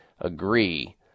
agree